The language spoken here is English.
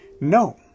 no